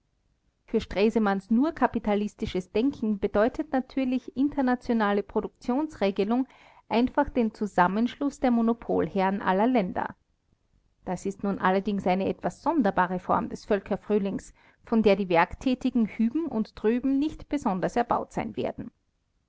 für stresemanns nurkapitalistisches denken bedeutet natürlich internationale produktionsregelung einfach den zusammenschluß der monopolherren aller länder das ist nun allerdings eine etwas sonderbare form des völkerfrühlings von der die werktätigen hüben und drüben nicht besonders erbaut sein werden